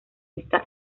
esta